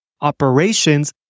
operations